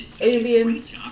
aliens